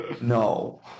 No